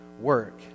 work